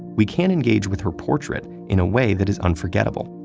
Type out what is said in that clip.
we can engage with her portrait in a way that is unforgettable.